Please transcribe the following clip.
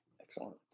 Excellent